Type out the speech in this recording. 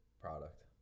product